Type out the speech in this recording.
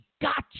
gotcha